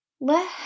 Let